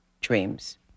dreams